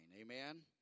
amen